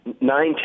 nine